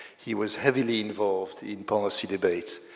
he was heavily involved in policy debates.